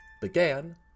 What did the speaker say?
began